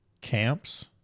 camps